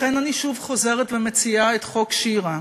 לכן, אני שוב חוזרת ומציעה את "חוק שירה"